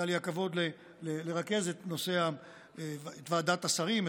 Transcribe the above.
היה לי הכבוד לרכז את ועדת השרים,